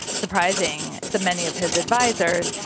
surprising so many of his advisers,